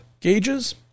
gauges